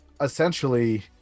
essentially